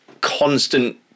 constant